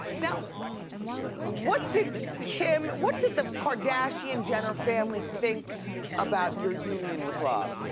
now what did kim, what did the kardashian-jenner family think about your union with rob?